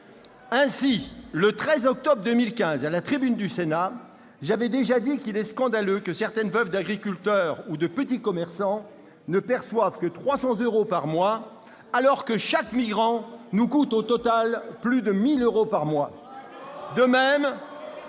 Ainsi, le 13 octobre 2015 à la tribune du Sénat, j'avais déjà dit combien il est scandaleux que certaines veuves d'agriculteur ou de petit commerçant ne perçoivent que 300 euros par mois, alors que chaque migrant nous coûte au total plus de 1 000 euros par mois. C'est